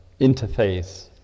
Interface